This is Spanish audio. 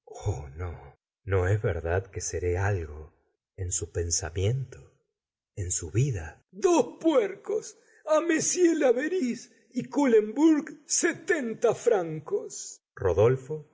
no es verdad que seré algo en su pensamiento en su vida pos puercos a m leherissé y cullembourg sesenta francos rodolfo